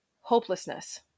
hopelessness